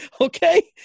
okay